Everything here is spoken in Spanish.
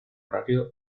radio